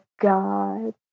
God